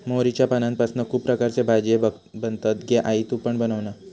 मोहरीच्या पानांपासना खुप प्रकारचे भाजीये बनतत गे आई तु पण बनवना